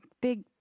big